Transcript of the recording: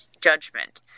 judgment